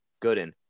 Gooden